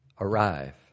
arrive